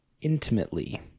intimately